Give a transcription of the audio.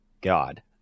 God